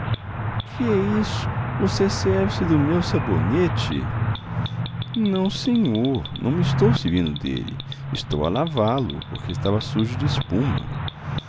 é isso você serve-se do meu sabonete não senhor não me estou servindo dele estou a lavá lo porque estava sujo de espuma